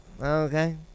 okay